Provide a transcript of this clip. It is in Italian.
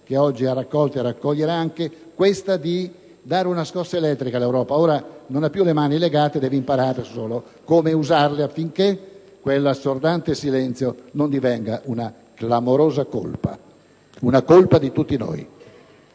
che oggi ha raccolto e raccoglierà anche quella di dare una scossa elettrica all'Europa; ora non ha più le mani legate, deve solo imparare ad usarle, affinché quell'assordante silenzio non divenga una clamorosa colpa di tutti noi.